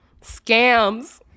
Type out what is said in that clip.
Scams